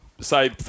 say